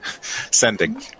Sending